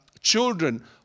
children